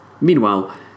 Meanwhile